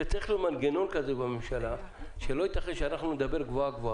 צריך איזה מנגנון כזה בממשלה שלא יתכן שאנחנו נדבר גבוה גובה